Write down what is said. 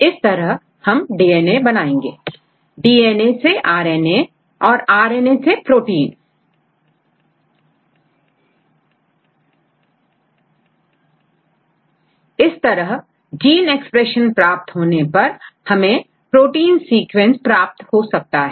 इस तरह हम डीएनए बनाएंगे डी एन ए सेआर एन ए और आर एन ए से प्रोटीन इस तरह जीन एक्सप्रेशन प्राप्त होने पर हमें प्रोटीन सीक्वेंस प्राप्त हो सकता है